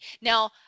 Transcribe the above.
Now